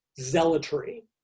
zealotry